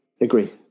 Agree